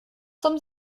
zum